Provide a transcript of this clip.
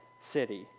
city